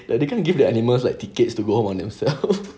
that they can't give the animals like tickets to go home on themselves